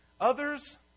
Others